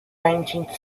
nineteenth